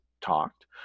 talked